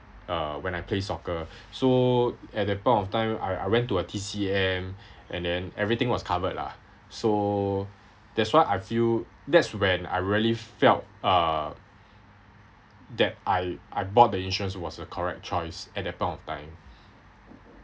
uh when I play soccer so at that point of time I I went to a T_C_M and then everything was covered lah so that's why I feel that's when I really felt uh that I I bought the insurance was a correct choice at that point of time